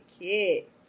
Kit